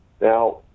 Now